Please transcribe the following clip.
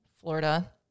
Florida